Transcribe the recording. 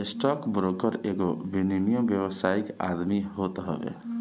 stock broker एगो विनियमित व्यावसायिक आदमी होत हवे